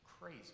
crazy